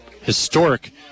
historic